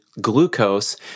glucose